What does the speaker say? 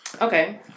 Okay